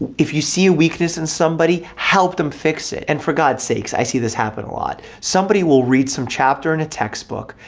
if you see a weakness in somebody help them fix it. and for god's sakes i see this happen a lot, somebody will read some chapter in a textbook,